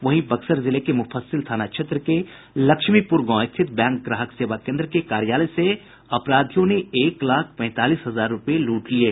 वहीं बक्सर जिले के मुफस्सिल थाना क्षेत्र के लक्ष्मीपुर गांव स्थित बैंक ग्राहक सेवा केन्द्र के कार्यालय से अपराधियों ने एक लाख पैंतालीस हजार रुपये लूट लिये